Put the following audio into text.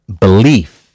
Belief